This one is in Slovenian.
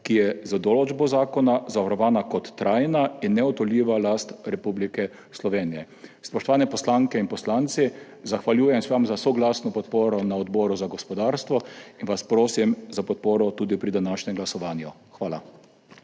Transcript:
ki je z določbo zakona zavarovana kot trajna in neodtujljiva last Republike Slovenije. Spoštovane poslanke in poslanci, zahvaljujem se vam za soglasno podporo na Odboru za gospodarstvo in vas prosim za podporo tudi pri današnjem glasovanju. Hvala.